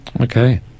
Okay